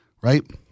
right